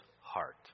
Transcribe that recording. heart